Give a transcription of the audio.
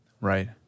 Right